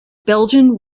belgian